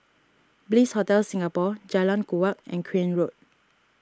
Bliss Hotel Singapore Jalan Kuak and Crane Road